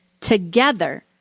Together